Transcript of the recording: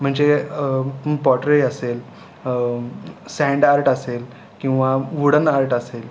म्हणजे पॉटरी असेल sand art असेल किंवा वूडन आर्ट असेल